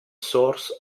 source